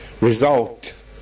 result